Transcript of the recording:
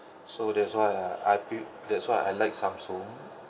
so that's why I I pre~ that's why I like samsung